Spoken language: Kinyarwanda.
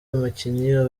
abakinnyi